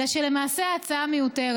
אלא שלמעשה ההצעה מיותרת.